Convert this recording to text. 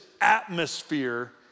atmosphere